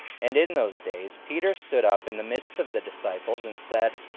and in those days peter stood up in the midst of the disciples, and said,